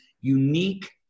unique